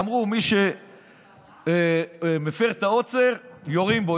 אמרו שכל מי שמפר את העוצר, יורים בו.